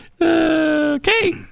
Okay